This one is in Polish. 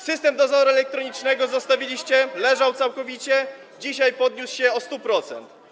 System dozoru elektronicznego zostawiliście, leżał całkowicie, dzisiaj podniósł się o 100%.